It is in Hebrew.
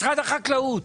משרד החקלאות.